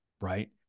right